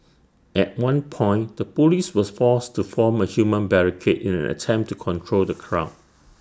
at one point the Police were forced to form A human barricade in an attempt to control the crowd